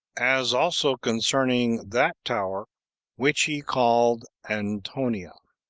as also concerning that tower which he called antonia.